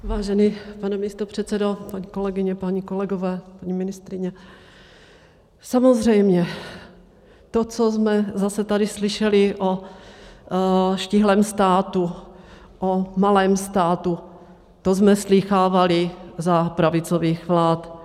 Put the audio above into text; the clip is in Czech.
Vážený pane místopředsedo, paní kolegyně, páni kolegové, paní ministryně, samozřejmě to, co jsme zase tady slyšeli o štíhlém státu, o malém státu, to jsme slýchávali za pravicových vlád.